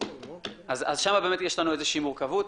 אז שם יש לנו איזושהי מורכבות.